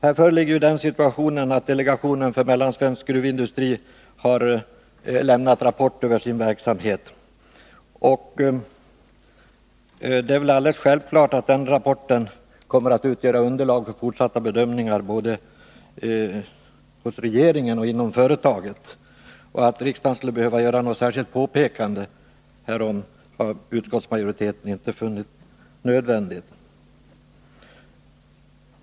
Här föreligger den situationen att delegationen för mellansvensk gruvindustri har lämnat rapport över sin verksamhet, och det är väl alldeles självklart att den rapporten kommer att utgöra underlag för fortsatta bedömningar, både hos regeringen och inom företaget. Att riksdagen skulle göra något särskilt påpekande härom har utskottsmajoriteten inte funnit nödvändigt.